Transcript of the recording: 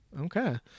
Okay